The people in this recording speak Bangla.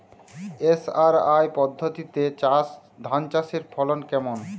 এস.আর.আই পদ্ধতিতে ধান চাষের ফলন কেমন?